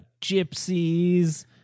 gypsies